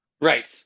right